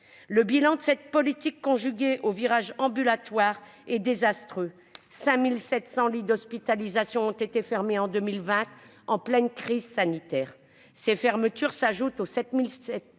Le bilan de cette politique, conjuguée au virage ambulatoire, est désastreux : 5 700 lits d'hospitalisation ont été fermés en 2020, en pleine crise sanitaire. Ces fermetures s'ajoutent aux 7 600